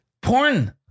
Porn